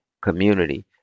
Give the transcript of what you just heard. community